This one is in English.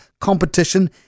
competition